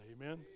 amen